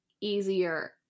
easier